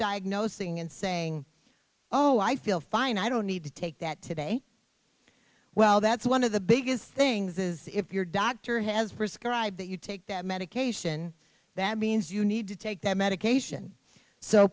diagnosing and saying oh i feel fine i don't need to take that today well that's one of the biggest things is if your doctor has prescribed that you take that medication that means you need to take that medication so